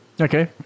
Okay